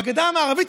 בגדה המערבית,